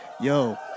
Yo